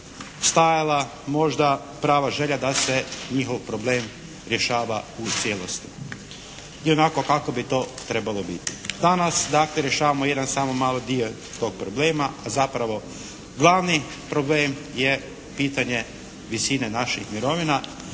stajala možda prava želja da se njihov problem rješava u cijelosti onako kako bi to trebalo biti. ./. Danas dakle rješavamo jedan samo mali dio tog problema, a zapravo glavni problem je pitanje visine naših mirovina